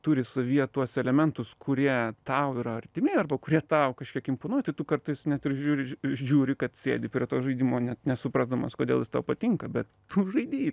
turi savyje tuos elementus kurie tau yra artimi arba kurie tau kažkiek imponuoja tai tu kartais net ir žiūri žiūri kad sėdi prie to žaidimo net nesuprasdamas kodėl jis tau patinka bet tu žaidi jį